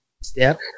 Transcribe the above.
Step